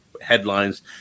headlines